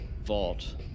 vault